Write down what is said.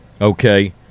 Okay